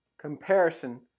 Comparison